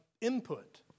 input